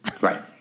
Right